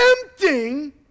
tempting